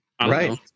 right